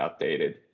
updated